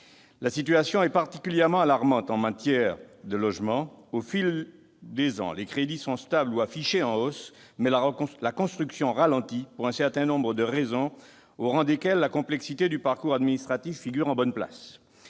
La situation est particulièrement alarmante en matière de logement : au fil des ans, les crédits sont stables ou affichés en hausse, mais la construction ralentit pour un certain nombre de raisons, parmi lesquelles la complexité du parcours administratif figure en bonne place.